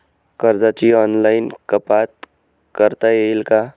कर्जाची ऑनलाईन कपात करता येईल का?